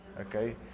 okay